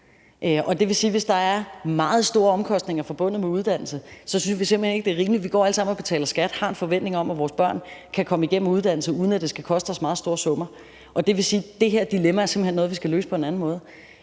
og det vil sige, at vi, hvis der er meget store omkostninger forbundet med uddannelse, simpelt hen ikke synes, det er rimeligt. Vi går alle sammen og betaler skat og har en forventning om, at vores børn kan komme igennem en uddannelse, uden at det skal koste os meget store summer, og det vil sige, at det her dilemma simpelt hen er noget, vi skal løse på en anden måde.